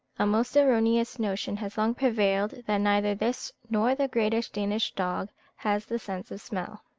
a most erroneous notion has long prevailed that neither this nor the great danish dog has the sense of smell.